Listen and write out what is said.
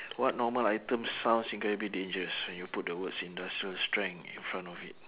what normal item sounds incredibly dangerous when you put the words industrial strength in front of it